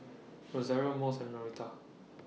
Rosario Mose and Norita